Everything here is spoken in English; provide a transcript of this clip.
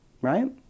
Right